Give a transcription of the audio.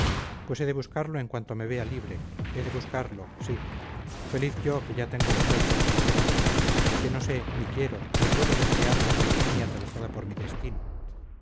de buscarlo en cuanto me vea libre he de buscarlo sí feliz yo que ya tengo resuelto el problema de amor que no sé ni quiero ni puedo desviarme de la línea trazada por mi destino